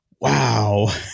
Wow